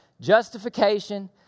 justification